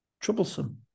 troublesome